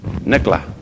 Nicola